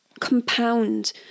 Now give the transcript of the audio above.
compound